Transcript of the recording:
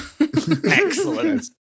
Excellent